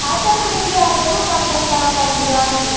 আচ্ছা তুমি কি আর বলবো পঞ্চাশ টাকা কম দিও আর কি